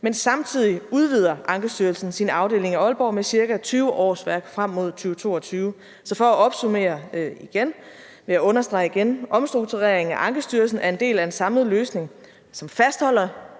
men samtidig udvider Ankestyrelsen sin afdeling i Aalborg med ca. 20 årsværk frem mod år 2022. Så for at opsummere vil jeg understrege igen: Omstruktureringen af Ankestyrelsen er en del af en samlet løsning, hvor